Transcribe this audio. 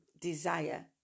desire